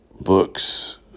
books